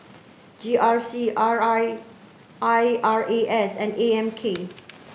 G R C R I I R A S and A M K